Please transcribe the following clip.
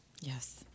Yes